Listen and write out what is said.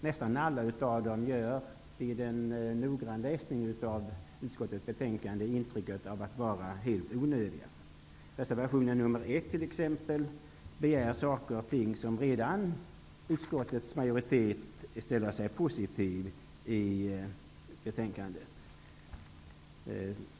Nästan alla av dem ger vid en noggrann läsning intrycket av att vara helt onödiga. I t.ex. reservation 1 begär man saker och ting som redan utskottsmajoriteten ställer sig positiv till.